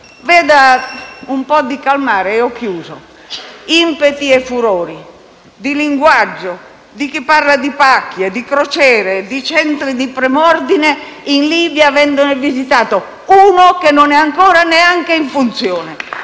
Un po' di calma e ho chiuso. Impeti e furori di linguaggio, di che parla di pacchia, di crociere, di centri di prim'ordine in Libia, avendone visitato uno che non è ancora neanche in funzione.